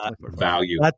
Value